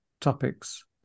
topics